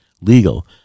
legal